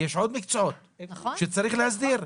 יש עוד מקצועות שצריך להסדיר.